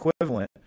equivalent